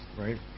right